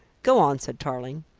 go on, said tarling.